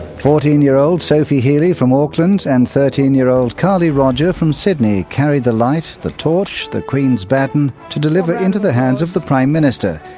fourteen-year-old sophie healey from auckland and thirteen year old carly roger from sydney carried the light, the torch, the queen's baton, to deliver into the hands of the prime minister,